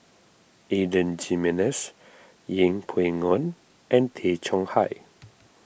Adan Jimenez Yeng Pway Ngon and Tay Chong Hai